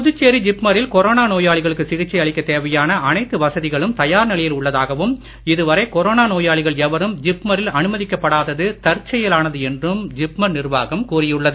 புதுச்சேரி ஜிப்மரில் கொரோனா நோயாளிகளுக்கு சிகிச்சை அளிக்க தேவையான எல்லா வசதிகளும் தயார் நிலையில் உள்ளதாகவும் இதுவரை கொரோனா நோயாளிகள் எவரும் ஜிப்மரில் அனுமதிக்கப் படாதது தற்செயலானது என்றும் ஜிப்மர் நிர்வாகம் கூறியுள்ளது